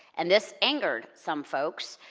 and this angered some folks.